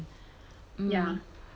yeah